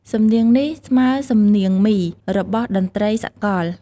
សំនៀងនេះស្មើសំនៀងមី របស់តន្ដ្រីសាកល។